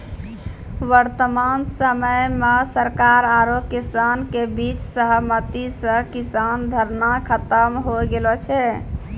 वर्तमान समय मॅ सरकार आरो किसान के बीच सहमति स किसान धरना खत्म होय गेलो छै